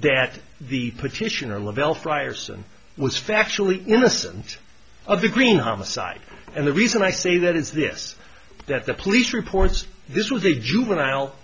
that the petitioner lavelle fryers and was factually innocent of the green homicide and the reason i say that is this that the police reports this with a juvenile